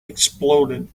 exploded